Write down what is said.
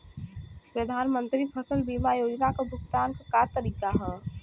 प्रधानमंत्री फसल बीमा योजना क भुगतान क तरीकाका ह?